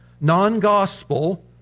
non-gospel